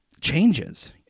changes